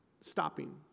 stopping